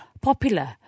Popular